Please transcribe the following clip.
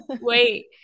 Wait